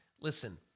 listen